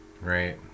Right